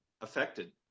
affected